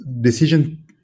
decision